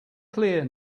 clear